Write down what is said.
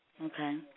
Okay